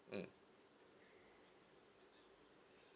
mm